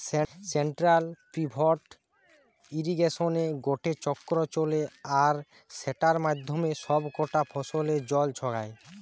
central pivot ইর্রিগেশনে গটে চক্র চলে আর সেটার মাধ্যমে সব কটা ফসলে জল ছড়ায়